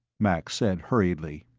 max said hurriedly.